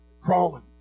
Crawling